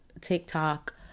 TikTok